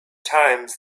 times